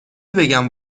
بگم